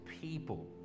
people